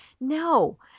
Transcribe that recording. No